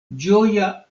ĝoja